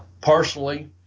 personally